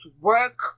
work